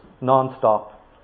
non-stop